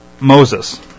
Moses